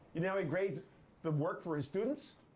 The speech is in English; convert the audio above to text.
you know how he grades the work for his students?